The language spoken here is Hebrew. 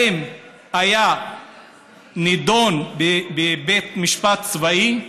האם היה נידון בבית משפט צבאי?